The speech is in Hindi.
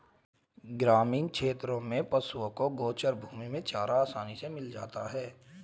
ग्रामीण क्षेत्रों में पशुओं को गोचर भूमि में चारा आसानी से मिल जाता है